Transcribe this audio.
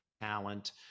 talent